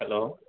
hello